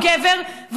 הוא גבר,